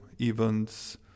events